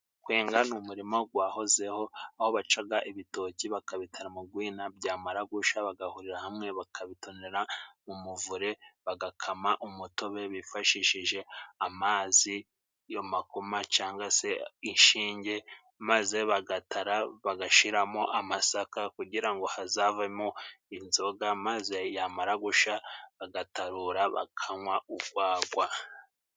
Kwenga ni umurimo gwahozeho aho bacaga ibitoki bakabitara mu gwina ,byamara gusha bagahurira hamwe bakabitonorera mu muvure bagakama umutobe bifashishije amazi, amakoma cangwa se ishinge, maze bagatara bagashiramo amasaka kugira ngo hazavemo inzoga maze yamara gusha bagatarura bakanwa ugwagwa.